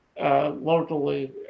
locally